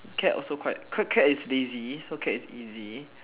cat also quite cat cat is lazy so cat is easy